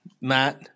Matt